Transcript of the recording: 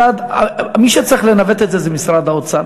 מי שצריך לנווט את זה זה משרד האוצר,